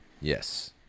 Yes